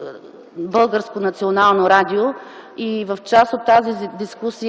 Българско национално радио. В част от тази дискусия